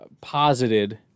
posited